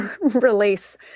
release